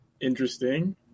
Interesting